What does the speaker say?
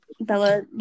Bella